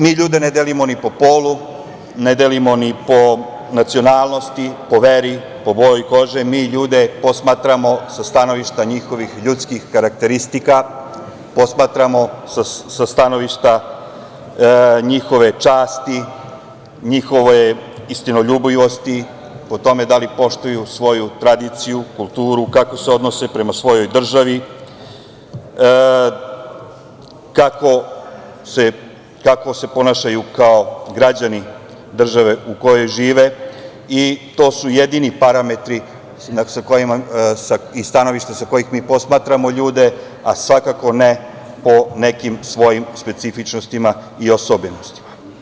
Mi ljude ne delimo ni po polu, ne delimo ni po nacionalnosti, po veri, po boji kože, mi ljude posmatramo sa stanovišta njihovih ljudskih karakteristika, posmatramo sa stanovišta njihove časti, njihove istinoljubivosti, po tome da li poštuju svoju tradiciju, kulturu i kako se odnose prema svojoj državi, kako se ponašaju kao građani države u kojoj žive i to su jedini parametri sa kojima, i sa stanovišta, sa kojih mi posmatramo ljude, a svakako ne po nekim svojim specifičnostima i osobenostima.